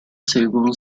según